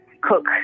cook